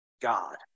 God